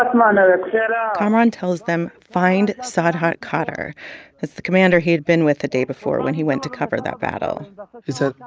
um um and yeah kamaran tells them, find sarhad sarhad qadar that's the commander he had been with the day before when he went to cover that battle but he said,